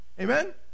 Amen